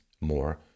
more